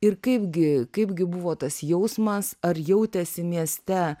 ir kaip gi kaip gi buvo tas jausmas ar jautėsi mieste